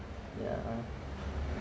ya